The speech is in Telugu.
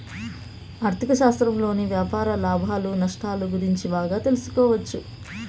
ఆర్ధిక శాస్త్రంలోని వ్యాపార లాభాలు నష్టాలు గురించి బాగా తెలుసుకోవచ్చు